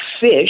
fish